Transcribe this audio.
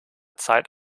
zeit